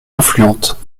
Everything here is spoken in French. influente